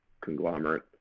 conglomerate